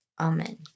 Amen